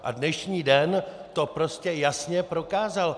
A dnešní den to prostě jasně prokázal.